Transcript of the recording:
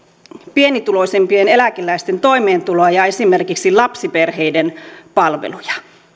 pienituloisimpien eläkeläisten toimeentuloa ja esimerkiksi lapsiperheiden palveluja